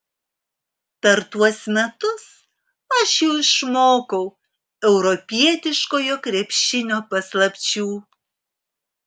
per tuos metus aš jau išmokau europietiškojo krepšinio paslapčių